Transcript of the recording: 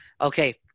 okay